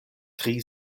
tri